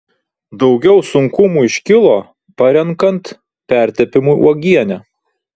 daugiau sunkumų iškilo parenkant pertepimui uogienę